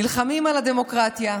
נלחמים על הדמוקרטיה,